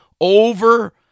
over